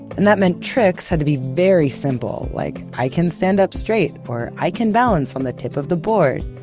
and that meant tricks had to be very simple, like i can stand up straight or i can balance on the tip of the board.